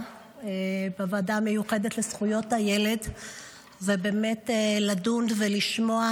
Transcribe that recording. המיוחדת לזכויות הילד ולדון ולשמוע,